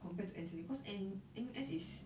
compared to N_T_U cause n~ N_U_S is